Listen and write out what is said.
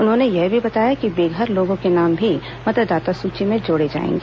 उन्होंने यह भी बताया कि बेघर लोगों के नाम भी मतदाता सूची में जोड़े जाएंगे